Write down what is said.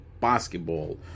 basketball